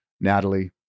Natalie